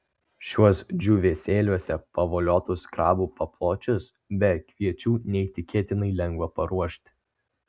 šiuos džiūvėsėliuose pavoliotus krabų papločius be kviečių neįtikėtinai lengva paruošti